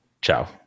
Ciao